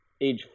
age